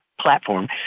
platform